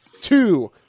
two